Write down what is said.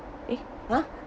eh !huh!